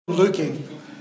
looking